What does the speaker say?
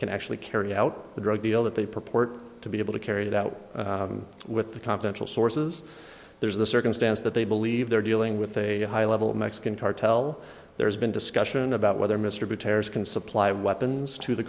can actually carry out the drug deal that they purport to be able to carry it out with the confidential sources there's the circumstance that they believe they're dealing with a high level mexican cartel there's been discussion about whether mr b tears can supply weapons to the